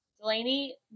Delaney